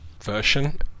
version